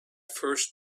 first